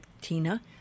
tina